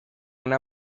una